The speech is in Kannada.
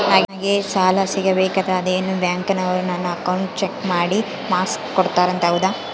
ನಂಗೆ ಸಾಲ ಸಿಗಬೇಕಂದರ ಅದೇನೋ ಬ್ಯಾಂಕನವರು ನನ್ನ ಅಕೌಂಟನ್ನ ಚೆಕ್ ಮಾಡಿ ಮಾರ್ಕ್ಸ್ ಕೊಡ್ತಾರಂತೆ ಹೌದಾ?